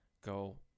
go